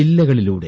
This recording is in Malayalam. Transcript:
ജില്ലകളിലൂടെ